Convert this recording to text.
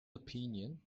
opinion